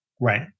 Right